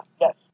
yes